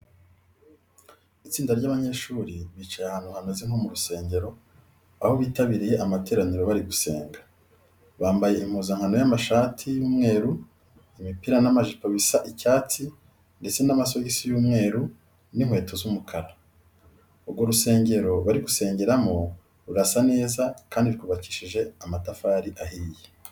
Itsinda ry'abanyeshuri bicaye ahantu hameze nko mu rusengero, aho bitabiriye amateraniro bari gusenga. Bambaye impuzankano y'amashati y'umweru, imipira n'amajipo bisa icyatsi ndetse n'amasogisi y'umweru n'inkweto z'umukara. Urwo rusengero bari gusengeramo rurasa neza kandi rwubakishije amatafari ahiye.